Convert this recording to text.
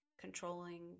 controlling